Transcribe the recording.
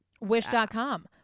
Wish.com